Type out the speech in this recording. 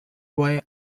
why